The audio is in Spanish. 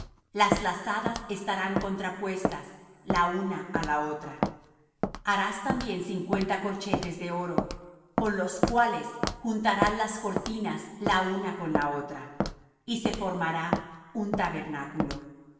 las lazadas estarán contrapuestas la una á la otra harás también cincuenta corchetes de oro con los cuales juntarás las cortinas la una con la otra y se formará un tabernáculo